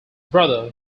brother